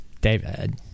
David